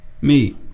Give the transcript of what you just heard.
Me